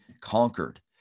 conquered